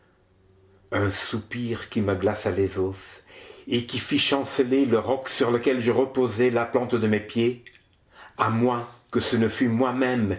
un soupir qui me glaça les os et qui fit chanceler le roc sur lequel je reposai la plante de mes pieds à moins que ce ne fût moi-même